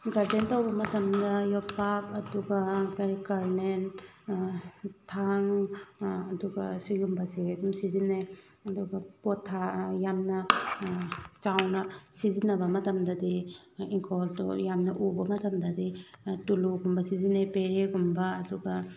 garden ꯇꯧꯕ ꯃꯇꯝꯗ ꯌꯣꯄꯥꯛ ꯑꯗꯨꯒ ꯀꯔꯤ ꯒꯥꯔꯃꯦꯟ ꯊꯥꯡ ꯑꯗꯨꯒ ꯁꯤꯒꯨꯝꯕꯁꯦ ꯑꯗꯨꯝ ꯁꯤꯖꯤꯟꯅꯩ ꯑꯗꯨꯒ ꯄꯣꯠ ꯌꯥꯝꯅ ꯆꯥꯎꯅ ꯁꯤꯖꯤꯟꯅꯕ ꯃꯇꯝꯗꯗꯤ ꯏꯪꯈꯣꯜꯗꯣ ꯌꯥꯝꯅ ꯎꯕ ꯃꯇꯝꯗꯗꯤ ꯇꯨꯂꯨꯒꯨꯝꯕ ꯁꯤꯖꯤꯟꯅꯩ ꯄꯦꯔꯦꯒꯨꯝꯕ ꯑꯗꯨꯒ